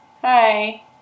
Hi